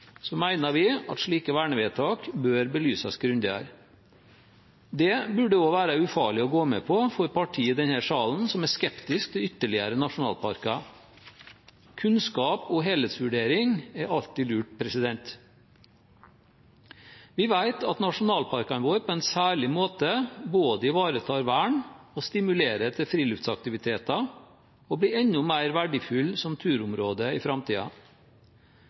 vi at slike vernevedtak bør belyses grundigere. Det burde det også være ufarlig å gå med på for partier i denne salen som er skeptisk til ytterligere nasjonalparker. Kunnskap og helhetsvurdering er alltid lurt. Vi vet at nasjonalparkene våre på en særlig måte både ivaretar vern og stimulerer til friluftsaktiviteter og blir enda mer verdifulle som turområder i